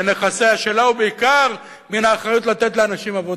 לנכסיה שלה, ובעיקר מן האחריות לתת לאנשים עבודה.